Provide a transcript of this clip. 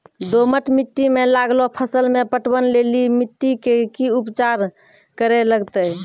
दोमट मिट्टी मे लागलो फसल मे पटवन लेली मिट्टी के की उपचार करे लगते?